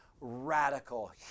radical